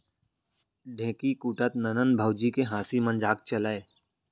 ढेंकी कूटत ननंद भउजी के हांसी मजाक चलय